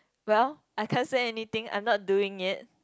well I can't say anything I'm not doing it